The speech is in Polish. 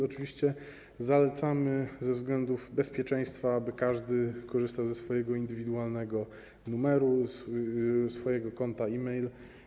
Oczywiście zalecamy ze względów bezpieczeństwa, aby każdy korzystał ze swojego indywidualnego numeru, swojego konta e-mail.